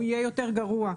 הוא יהיה יותר גרוע.